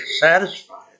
satisfied